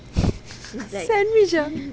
sandwich ah